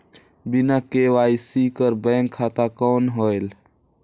बिना के.वाई.सी कर बैंक खाता कौन होएल?